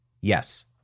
yes